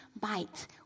bite